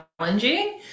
challenging